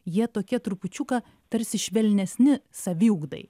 jie tokie trupučiuką tarsi švelnesni saviugdai